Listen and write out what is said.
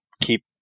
keep